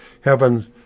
heaven